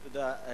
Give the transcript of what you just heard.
תודה.